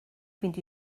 fynd